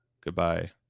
goodbye